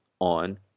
on